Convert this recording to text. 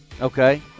Okay